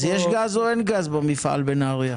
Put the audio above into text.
אז יש גז או אין גז במפעל בנהריה?